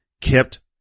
kept